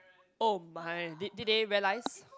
oh my did did they realise